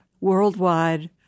worldwide